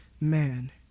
man